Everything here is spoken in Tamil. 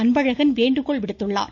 அன்பழகன் வேண்டுகோள் விடுத்துள்ளார்